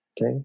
Okay